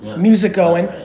music going,